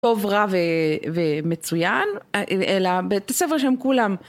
טוב רע ומצוין אלא בתי ספר שהם כולם